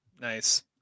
nice